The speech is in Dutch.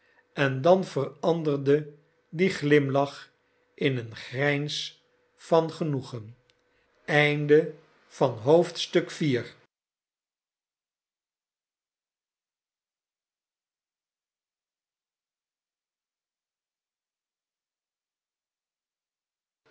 en dan veranderde die glimlach in een grijns van genoegen